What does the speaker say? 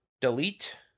delete